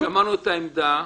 שמענו את העמדה.